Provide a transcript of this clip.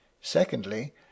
Secondly